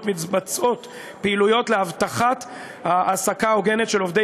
מתבצעות פעילויות להבטחת העסקה הוגנת של עובדי